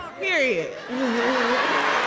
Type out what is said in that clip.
Period